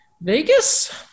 Vegas